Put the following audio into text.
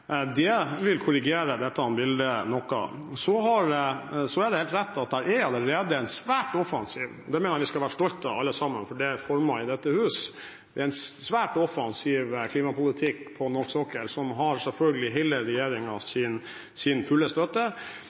Det vil korrigere dette bildet noe. Det er helt rett at det allerede er en svært offensiv klimapolitikk på norsk sokkel – og det mener jeg vi alle sammen skal være stolt av, fordi den er formet i dette hus